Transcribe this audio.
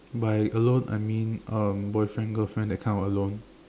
by alone I mean um boyfriend girlfriend that kind of alone